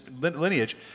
lineage